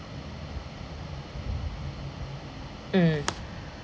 mm